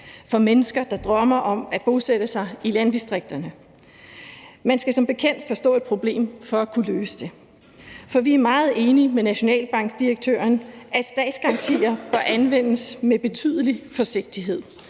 for mennesker, der drømmer om at bosætte sig i landdistrikterne? Man skal som bekendt forstå et problem for at kunne løse det, og vi er meget enige med nationalbankdirektøren i, at statsgarantier bør anvendes med betydelig forsigtighed